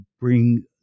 bring